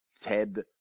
Ted